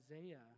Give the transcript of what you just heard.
Isaiah